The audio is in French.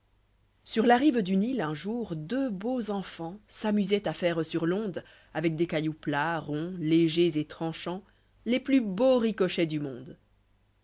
ova la rive du nil uir jour deux beaux enfants s'nnmsoicnl â ihire sur l'onde avec des cailloux plats ronds légers et tranchants t les plus beaux ricochets du monde